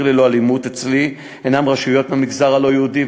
ללא אלימות" אצלי הנן רשויות מהמגזר הלא-יהודי,